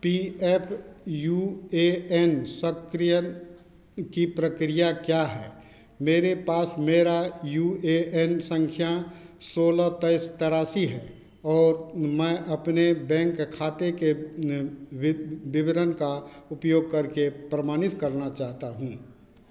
P F U A N सक्रिय की प्रक्रिया क्या है मेरे पास मेरा यू ए एन सँख्या सोलह तेइस तेरासी है और मैं अपने बैंक खाते के वि विवरण का उपयोग करके प्रमाणित करना चाहता हूँ